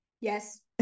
Yes